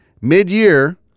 mid-year